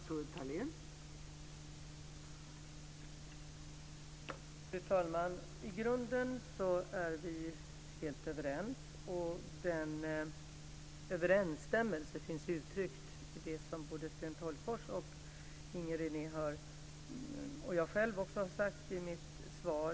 Fru talman! I grunden är vi helt överens. Denna överensstämmelse finns uttryckt i det som Sten Tolgfors och Inger René har sagt samt i det som jag själv har sagt i mitt svar.